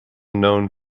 known